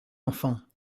enfants